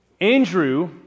Andrew